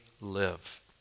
live